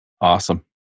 Awesome